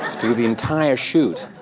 through the entire shoot.